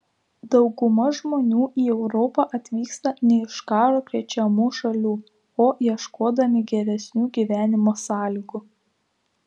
dauguma žmonių į europą atvyksta ne iš karo krečiamų šalių o ieškodami geresnių gyvenimo sąlygų